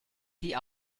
die